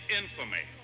infamy